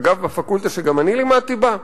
אגב, בפקולטה שגם אני לימדתי בה,